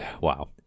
wow